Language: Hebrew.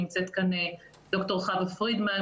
נמצאת כאן דוקטור חוה פרידמן,